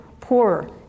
poorer